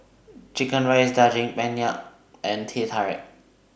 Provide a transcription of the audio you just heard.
Chicken Rice Daging Penyet and Teh Tarik